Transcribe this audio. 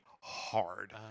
hard